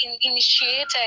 initiated